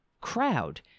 crowd